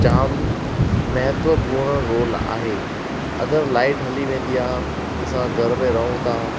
जाम महत्वपूर्ण रोल आहे अगरि लाइट हली वेंदी आहे असां घर में रहूं था